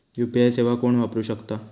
UPI सेवा कोण वापरू शकता?